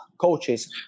coaches